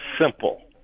simple